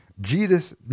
Jesus